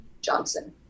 Johnson